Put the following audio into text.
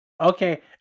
Okay